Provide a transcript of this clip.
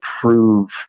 prove